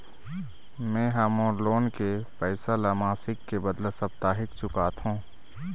में ह मोर लोन के पैसा ला मासिक के बदला साप्ताहिक चुकाथों